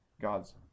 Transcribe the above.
God's